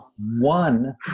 one